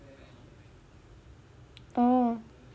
oh